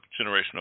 generational